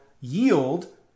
yield